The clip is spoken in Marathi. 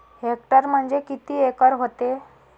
हेक्टर म्हणजे किती एकर व्हते?